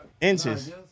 Inches